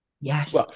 Yes